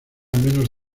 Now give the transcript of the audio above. menos